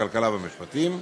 הכלכלה והמשפטים.